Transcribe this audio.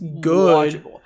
good